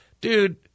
Dude